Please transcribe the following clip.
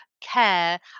care